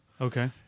Okay